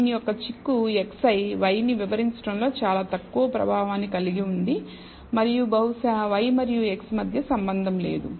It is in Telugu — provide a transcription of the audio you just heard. దీని యొక్క చిక్కు xi y ని వివరించడంలో చాలా తక్కువ ప్రభావాన్ని కలిగి ఉంది మరియు బహుశా y మరియు x మధ్య సంబంధం లేదు